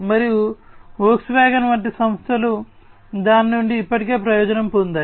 మరియు వోక్స్వ్యాగన్ వంటి సంస్థలు దాని నుండి ఇప్పటికే ప్రయోజనం పొందాయి